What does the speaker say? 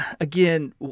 again